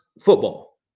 football